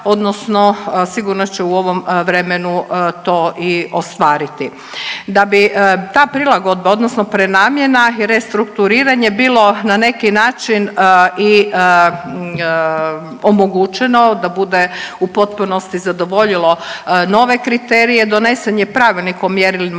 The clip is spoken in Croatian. odnosno sigurno će u ovom vremenu to i ostvariti. Da bi ta prilagodba odnosno prenamjena i restrukturiranje bilo na neki način i omogućeno, da bude u potpunosti zadovoljilo nove kriterije, donesen je pravilnik o mjerilima